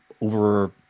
over